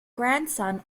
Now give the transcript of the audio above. grandson